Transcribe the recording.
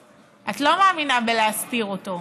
את לא מאמינה בלהסתיר אותו,